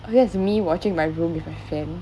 oh that me watching in my room with a fan